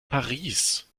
paris